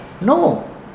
No